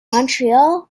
montreal